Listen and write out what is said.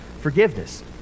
forgiveness